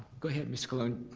go ahead, mr. cologne,